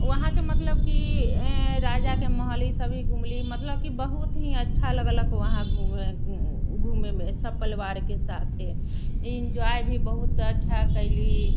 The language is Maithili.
वहाँके मतलब कि राजाके महल ईसभ भी घूमली मतलब कि बहुत ही अच्छा लगलक वहाँ घूमय घूमयमे सपरिवारके साथे इंजॉय भी बहुत अच्छा कयली